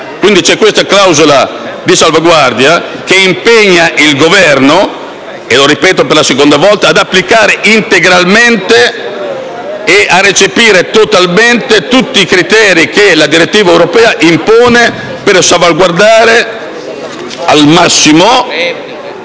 quindi questa clausola di salvaguardia che impegna il Governo - lo ripeto per la seconda volta - ad applicare integralmente e a recepire totalmente tutti i criteri che la direttiva europea impone per salvaguardare e proteggere